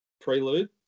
prelude